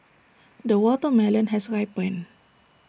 the watermelon has ripened